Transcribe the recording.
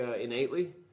innately